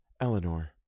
Eleanor